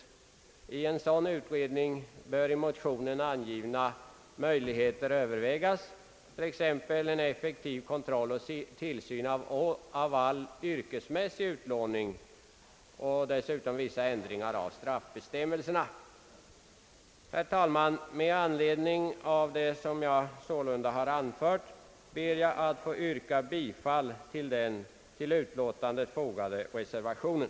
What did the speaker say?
Vid en sådan utredning bör i motionen angivna möjligheter övervägas, t.ex. en effektivare kontroll och tillsyn av all yrkesmässig utlåning och dessutom vissa ändringar av straffbestämmelserna. Herr talman! Med anledning av vad jag sålunda har anfört ber jag att få yrka bifall till den vid utlåtandet fogade reservationen.